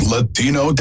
Latino